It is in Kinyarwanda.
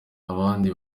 abandi